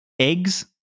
eggs